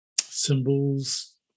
symbols